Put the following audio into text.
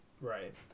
Right